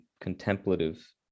contemplative